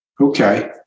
Okay